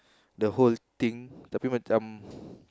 the whole thing the tapi macam